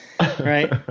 right